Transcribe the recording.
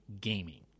gaming